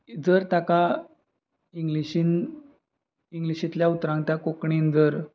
जर ताका इंग्लिशीन इंग्लिशींतल्या उतरांक त्या कोंकणीन जर